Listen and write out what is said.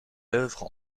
l’œuvre